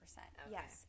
Yes